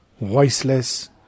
voiceless